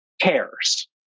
cares